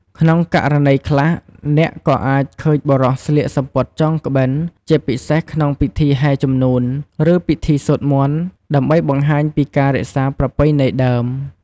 ក្នុងករណីខ្លះ អ្នកក៏អាចឃើញបុរសស្លៀកសំពត់ចងក្បិន ជាពិសេសក្នុងពិធីហែរជំនូន ឬពិធីសូត្រមន្ត ដើម្បីបង្ហាញពីការរក្សាប្រពៃណីដើម។